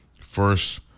First